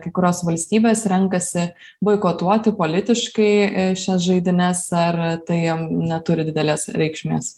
kai kurios valstybės renkasi boikotuoti politiškai šias žaidynes ar tai jiem neturi didelės reikšmės